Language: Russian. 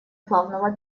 плавного